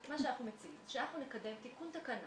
מה שאנחנו מציעים זה שאנחנו נקדם תיקון תקנה